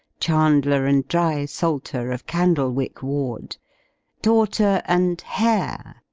chandler and dry-salter, of candlewick ward daughter and hair,